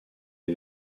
est